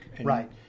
Right